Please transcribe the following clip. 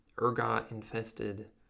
ergot-infested